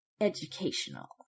educational